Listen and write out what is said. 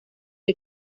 que